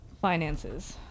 Finances